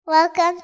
Welcome